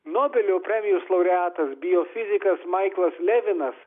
nobelio premijos laureatas biofizikas maiklas levinas